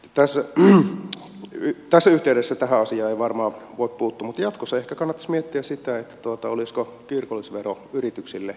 tässä yhteydessä tähän asiaan ei varmaan voi puuttua mutta jatkossa ehkä kannattaisi miettiä sitä olisiko kirkollisvero yrityksille vapaaehtoinen